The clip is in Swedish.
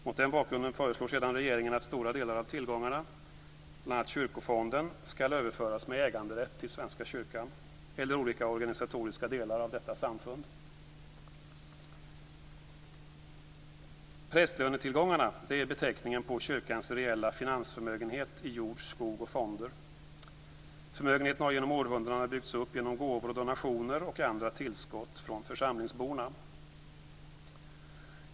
Mot den bakgrunden föreslår regeringen att stora delar av tillgångarna, bl.a. Kyrkofonden, skall överföras med äganderätt till Svenska kyrkan eller olika organisatoriska delar av detta samfund. Prästlönetillgångarna är beteckningen på kyrkans reella finansförmögenhet i jord, skog och fonder. Förmögenheten har genom århundradena byggts upp genom gåvor och donationer och andra tillskott från församlingsborna.